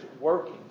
working